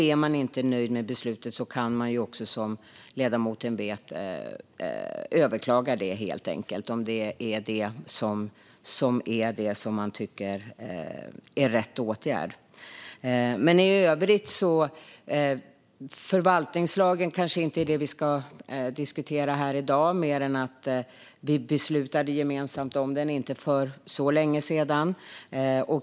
Är man inte nöjd med beslutet kan man, som ledamoten vet, överklaga beslutet om man vill. Det är kanske inte förvaltningslagen vi ska diskutera i dag. Men vi beslutade gemensamt om den för inte så länge sedan.